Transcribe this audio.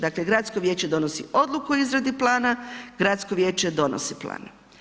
Dakle, gradsko vijeće donosi odluku o izradi plana, gradsko vijeće donosi plan.